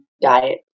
diet